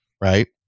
right